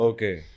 Okay